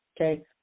Okay